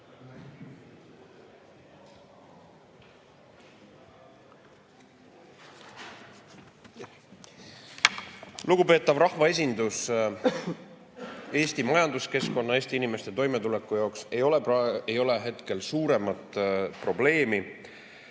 Lugupeetav rahvaesindus! Eesti majanduskeskkonna, Eesti inimeste toimetuleku seisukohalt ei ole hetkel suuremat probleemi